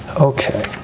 Okay